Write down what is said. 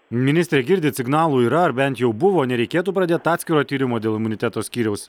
ministre girdit signalų yra ar bent jau buvo nereikėtų pradėt atskiro tyrimo dėl imuniteto skyriaus